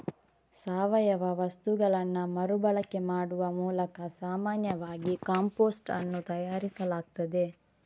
ಸಾವಯವ ವಸ್ತುಗಳನ್ನ ಮರು ಬಳಕೆ ಮಾಡುವ ಮೂಲಕ ಸಾಮಾನ್ಯವಾಗಿ ಕಾಂಪೋಸ್ಟ್ ಅನ್ನು ತಯಾರಿಸಲಾಗ್ತದೆ